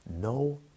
No